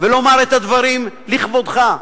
ולומר את הדברים לכבודך.